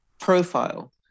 Profile